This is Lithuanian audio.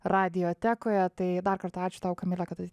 radijotekoje tai dar kartą ačiū tau kamile kad